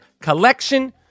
collection